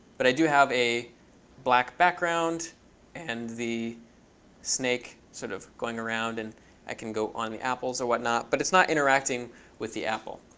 but i do have a black background and the snake sort of going around. and i can go on the apples or whatnot, but it's not interacting with the apple.